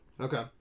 Okay